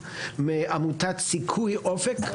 מעמותת סיכוי אופוק.